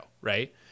right